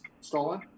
stolen